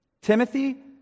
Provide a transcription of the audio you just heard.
Timothy